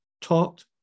talked